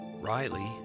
Riley